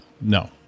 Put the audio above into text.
no